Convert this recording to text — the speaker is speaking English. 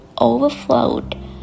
overflowed